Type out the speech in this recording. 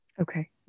Okay